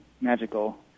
magical